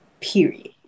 Period